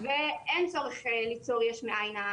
ואין צורך ליצור יש מאין.